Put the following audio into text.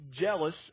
jealous